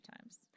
times